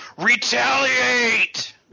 retaliate